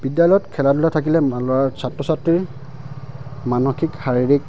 বিদ্যালয়ত খেলা ধূলা থাকিলে ছাত্ৰ ছাত্ৰীৰ মানসিক শাৰীৰিক